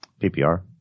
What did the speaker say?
PPR